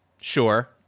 Sure